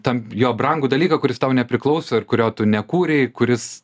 tam jo brangų dalyką kuris tau nepriklauso ir kurio tu nekūrei kuris